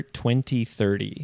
2030